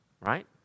right